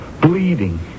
bleeding